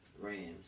Rams